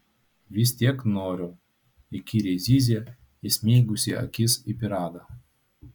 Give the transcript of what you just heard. vis tiek noriu įkyriai zyzė įsmeigusi akis į pyragą